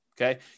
okay